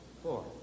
four